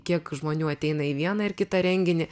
kiek žmonių ateina į vieną ar kitą renginį